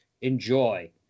Enjoy